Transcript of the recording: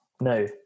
No